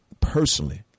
personally